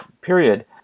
period